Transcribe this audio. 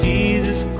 Jesus